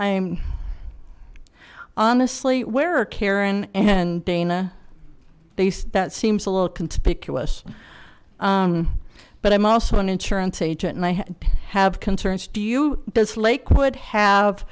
i'm honestly where karen and dana based that seems a little conspicuous but i'm also an insurance agent and i have concerns do you does lakewood have